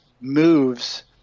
moves